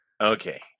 Okay